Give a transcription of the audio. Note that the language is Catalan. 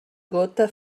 gota